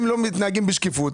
הם לא מתנהגים בשקיפות.